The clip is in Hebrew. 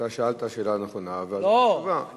אתה שאלת שאלה נכונה, והתשובה, לא.